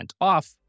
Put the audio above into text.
off